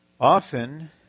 Often